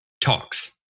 talks